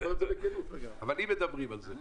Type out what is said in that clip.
אני אומר את זה ברצינות, אבל אם מדברים על זה.